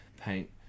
paint